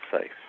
safe